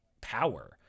power